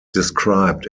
described